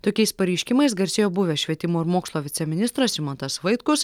tokiais pareiškimais garsėjo buvęs švietimo ir mokslo viceministras rimantas vaitkus